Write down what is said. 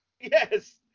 Yes